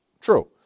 true